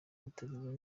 witabiriwe